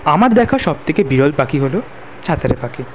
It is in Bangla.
আমার দেখা সব থেকে বিরল পাখি হল ছাতারে পাখি